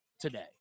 today